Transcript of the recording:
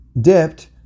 dipped